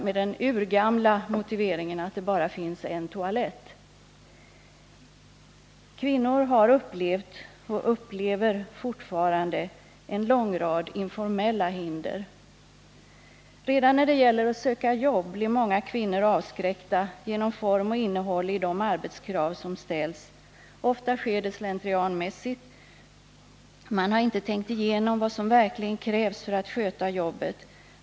— med det urgamla argumentet att det finns bara en toalett. Kvinnor har upplevt och upplever fortfarande en lång rad informella hinder. Redan när det gäller att sök a jobb blir många kvinnor avskräckta genom form och innehåll i de arbetskrav som ställs. Ofta sker det slentrianmässigt. Man har inte tänkt igenom vad som verkligen krävs för att sköta jobbet.